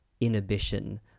inhibition